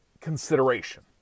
consideration